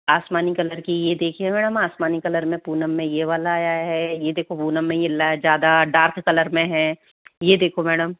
आसमानी कलर की यह देखिए मैडम आसमानी कलर में पूनम में यह वाला आया है यह देखो पूनम में ज़्यादा डार्क कलर में है यह देखो मैडम